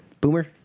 boomer